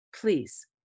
please